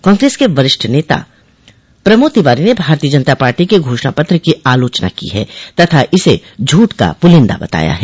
कांग्रेस के वरिष्ठ नेता प्रमोद तिवारी ने भारतीय जनता पार्टी के घोषणा पत्र की आलोचना की है तथा इसे झूठ का पुलिन्दा बताया है